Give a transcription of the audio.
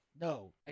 no